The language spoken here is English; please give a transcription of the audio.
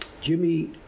Jimmy